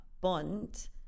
bond